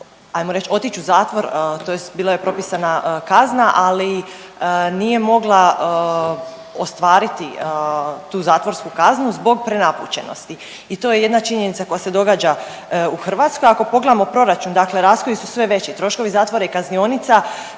otić u zatvor tj. bila joj je propisana kazna, ali nije mogla ostvariti tu zatvorsku kaznu zbog prenapučenosti i to je jedna činjenica koja se događa u Hrvatskoj. Ako pogledamo proračun, dakle rashodi su sve veći, troškovi zatvora i kaznionica